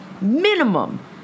minimum